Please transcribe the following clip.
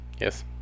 Yes